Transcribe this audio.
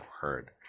heard